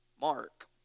Mark